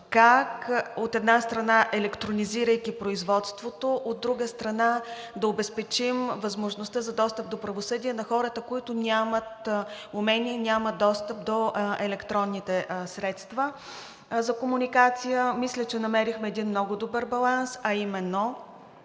как, от една страна, електронизирайки производството, от друга страна, да обезпечим възможността за достъп до правосъдие на хората, които нямат умение, нямат достъп до електронните средства за комуникация. Мисля, че намерихме един много добър баланс, а именно,